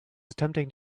attempting